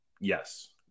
Yes